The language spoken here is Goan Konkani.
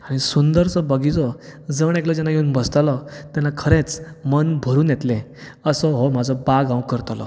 आनी सुंदरसो बगीचो जण एकलो जेन्ना येवन बसतलो तेन्ना खरेंच मन भरून येतलें असो हो म्हजो बाग हांव करतलों